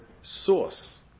source